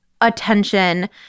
attention